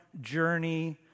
journey